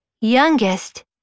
youngest